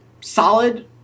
solid